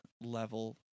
level